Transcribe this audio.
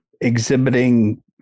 exhibiting